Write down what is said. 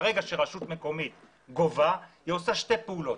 ברגע שרשות מקומית גובה היא עושה שתי פעולות,